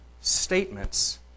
statements